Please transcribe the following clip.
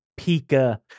Pika